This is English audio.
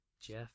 Jeff